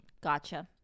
Gotcha